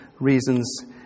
reasons